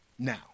Now